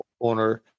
owner